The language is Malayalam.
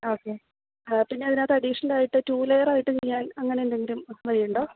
ഓക്കെ ആഹ് പിന്നെ അതിനകത്ത് അഡീഷണലായിട്ട് ടു ലെയറായിട്ട് ചെയ്യാൻ അങ്ങനെ എന്തെങ്കിലും വഴിയുണ്ടോ